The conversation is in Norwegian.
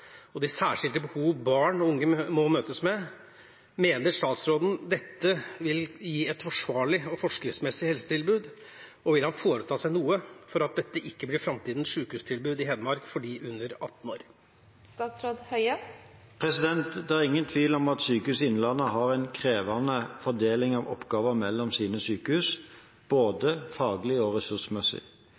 og de særskilte behov barn og unge må møtes med, mener statsråden dette vil gi et forsvarlig og forskriftsmessig helsetilbud, og vil han foreta seg noe for at dette ikke blir fremtidens sykehustilbud i Hedmark for dem under 18 år?» Det er ingen tvil om at Sykehuset Innlandet har en krevende fordeling av oppgaver mellom sine sykehus, både faglig og ressursmessig.